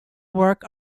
work